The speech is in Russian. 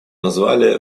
назвали